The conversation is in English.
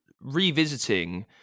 revisiting